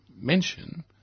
mention